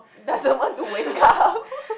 doesn't want to wake up